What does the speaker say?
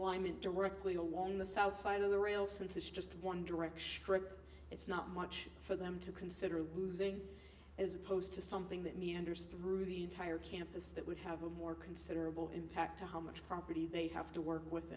t directly along the south side of the rail since it's just one direction it's not much for them to consider losing as opposed to something that meanders through the entire campus that would have a more considerable impact on how much property they have to work with